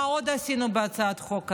מה עוד עשינו בהצעת החוק הזאת?